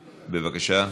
בבקשה.